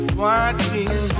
watching